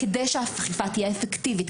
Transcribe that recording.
כדי שהאכיפה תהיה אפקטיבית,